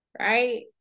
right